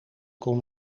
kon